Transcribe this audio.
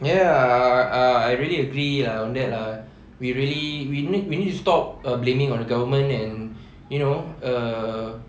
ya I really agree on that lah we really we don't need we need to stop blaming on the government and you know err